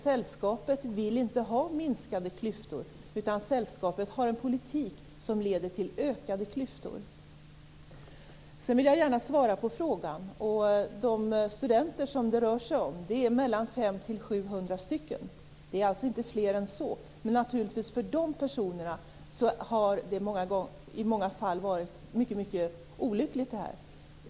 Sällskapet vill inte ha minskade klyftor, utan sällskapet har en politik som leder till ökade klyftor. Jag vill också gärna svara på frågan. De studenter det rör sig om är mellan 500 och700 stycken. Det är alltså inte fler än så. Men för de personerna har det här i många fall varit mycket olyckligt.